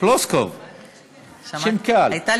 יש לך